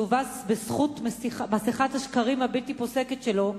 שהובס בזכות מסכת השקרים הבלתי-פוסקת שלו,